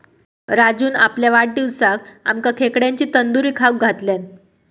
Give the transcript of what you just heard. राजून आपल्या वाढदिवसाक आमका खेकड्यांची तंदूरी खाऊक घातल्यान